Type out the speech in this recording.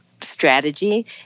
strategy